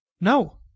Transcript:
No